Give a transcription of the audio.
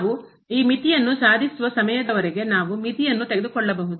ನಾವು ಈ ಮಿತಿಯನ್ನು ಸಾಧಿಸುವ ಸಮಯದವರೆಗೆ ನಾವು ಮಿತಿಯನ್ನು ತೆಗೆದುಕೊಳ್ಳಬಹುದು